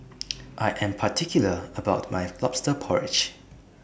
I Am particular about My Lobster Porridge